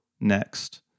next